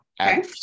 okay